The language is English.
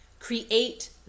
Create